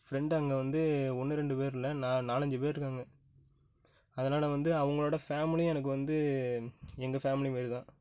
friend அங்கே வந்து ஒன்று ரெண்டு பேர் இல்லை நான் நாலஞ்சு பேரிருக்காங்க அதனால வந்து அவங்களோட ஃபேம்லியும் எனக்கு வந்து எங்க ஃபேம்லி மாதிரி தான்